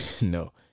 No